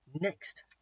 next